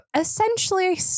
essentially